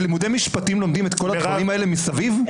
בלימודי משפטים לומדים את כל הדברים האלה מסביב?